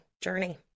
journey